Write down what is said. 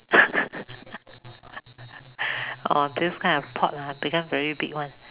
!aww! this kind of thought ah become very big [one]